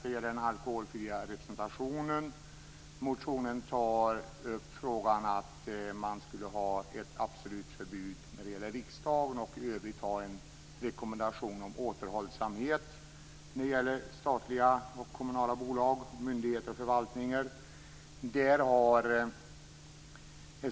Det gäller den alkoholfria representationen. Motionen tar upp frågan att man skulle ha ett absolut förbud när det gäller riksdagen och i övrigt ha en rekommendation om återhållsamhet när det gäller statliga och kommunala bolag, myndigheter och förvaltningar.